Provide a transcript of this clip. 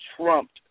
trumped